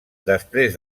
després